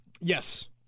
Yes